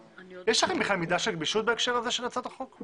יש לכם בכלל מידה של גמישות בהקשר הזה של הצעת החוק?